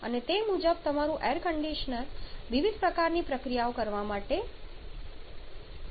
અને તે મુજબ તમારું એર કંડિશનર વિવિધ પ્રકારની પ્રક્રિયાઓ કરવા માટે તૈયાર છે